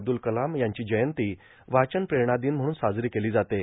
अब्दुल कलाम यांची जयंती वाचन प्रेरणा र्भदन म्हणून साजरो केलो जाते